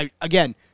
again